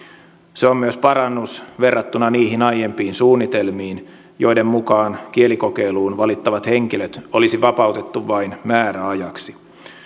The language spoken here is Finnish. se on myös parannus verrattuna niihin aiempiin suunnitelmiin joiden mukaan kielikokeiluun valittavat henkilöt olisi vapautettu vain määräajaksi